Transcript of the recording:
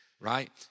Right